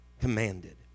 commanded